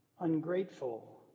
ungrateful